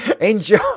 enjoy